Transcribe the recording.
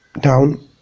down